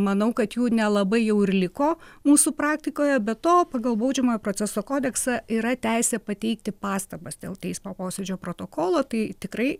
manau kad jų nelabai jau ir liko mūsų praktikoje be to pagal baudžiamojo proceso kodeksą yra teisė pateikti pastabas dėl teismo posėdžio protokolo tai tikrai